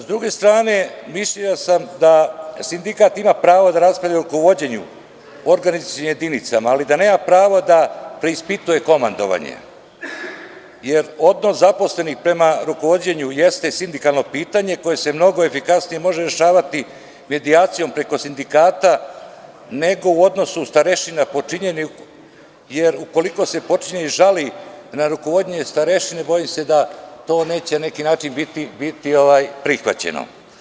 S druge strane, mišljenja sam da sindikat ima prvo da raspravlja o rukovođenju organizacionim jedinicama, ali da nema pravo da preispituje komandovanje, jer odnos zaposlenih prema rukovođenju jeste sindikalno pitanje koje se mnogo efikasnije može rešavati medijacijom preko sindikata nego u odnosu starešina podčinjenih jer ukoliko se potčinjeni žali na rukovođenje starešini, bojim se da to neće na neki način biti prihvaćeno.